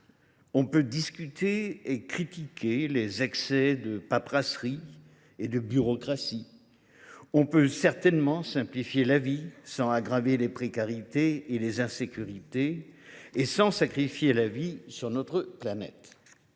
l’on peut discuter et critiquer les excès de paperasserie et de bureaucratie, on peut assurément simplifier sans aggraver les précarités et les insécurités ni sacrifier la vie sur notre planète.